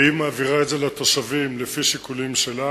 והיא מעבירה את זה לתושבים לפי שיקולים שלה,